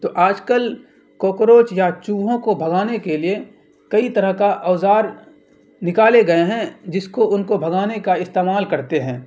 تو آج کل کاکروچ یا چوہوں کو بھگانے کے لیے کئی طرح کا اوزار نکالے گئے ہیں جس کو ان کو بھگانے کا استعمال کرتے ہیں